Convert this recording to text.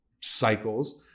cycles